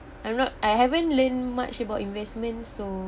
I'm not I haven't learn much about investment so